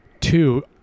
two